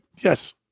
Yes